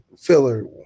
filler